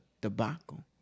debacle